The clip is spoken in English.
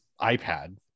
ipad